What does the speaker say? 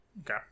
Okay